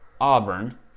Auburn